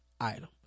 item